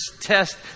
test